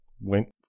Went